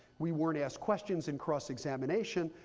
we weren't asked questions in cross examination.